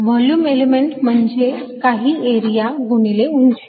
volume element म्हणजेच काही area गुणिले उंची